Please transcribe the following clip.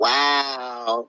Wow